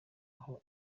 aho